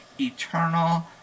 eternal